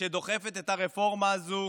שדוחפת את הרפורמה הזו